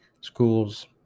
Schools